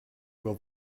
will